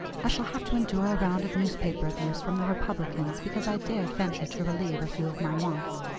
i shall have to endure a round of newspaper abuse from the republicans because i dared venture to relieve a few of my wants.